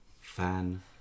Fan